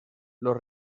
los